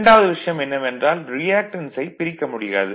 இரண்டாவது விஷயம் என்னவென்றால் ரியாக்டன்ஸை பிரிக்க முடியாது